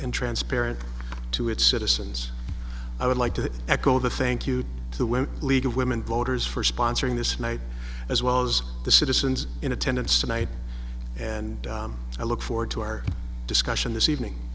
and transparent to its citizens i would like to echo the thank you to the well league of women voters for sponsoring this might as well as the citizens in attendance tonight and i look forward to our discussion this evening